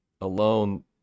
alone